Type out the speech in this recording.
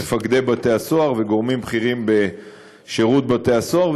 מפקדי בתי-הסוהר וגורמים בכירים בשירות בתי-הסוהר.